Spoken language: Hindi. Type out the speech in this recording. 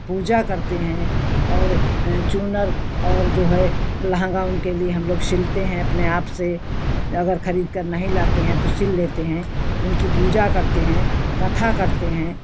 पूजा करते हैं और चूनर और जो है लहंगा उनके लिए हम लोग सिलते हैं अपने आप से अगर खरीदकर नहीं लाते हैं तो सिल लेते हैं उनकी पूजा करते हैं कथा करते हैं